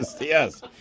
yes